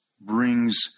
brings